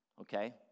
Okay